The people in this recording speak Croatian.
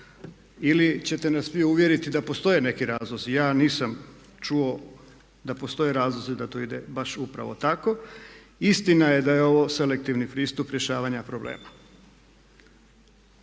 Ili ćete nas vi uvjeriti da postoje neki razlozi. Ja nisam čuo da postoje razlozi da to ide baš upravo tako. Istina je da je ovo selektivni pristup rješavanja problema.